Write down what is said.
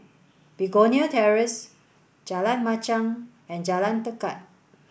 Begonia Terrace Jalan Machang and Jalan Tekad